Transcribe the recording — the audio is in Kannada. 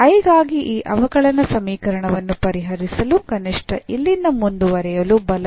I ಗಾಗಿ ಈ ಅವಕಲನ ಸಮೀಕರಣವನ್ನು ಪರಿಹರಿಸಲು ಕನಿಷ್ಠ ಇಲ್ಲಿಂದ ಮುಂದುವರಿಯಲು ಬಲಭಾಗ x ನ ಉತ್ಪನ್ನವಾಗಿರಬೇಕು